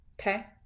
Okay